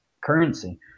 currency